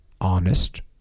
honest